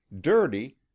dirty